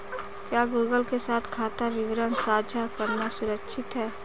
क्या गूगल के साथ खाता विवरण साझा करना सुरक्षित है?